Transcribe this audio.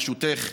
ברשותך,